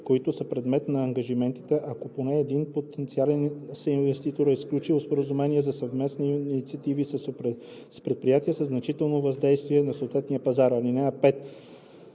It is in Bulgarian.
които са предмет на ангажиментите, ако поне един потенциален съинвеститор е сключил споразумение за съвместни инвестиции с предприятие със значително въздействие на съответен пазар.